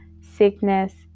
sickness